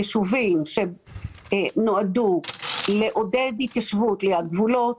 ישובים שנועדו לעודד התיישבות ליד גבולות,